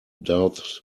doubts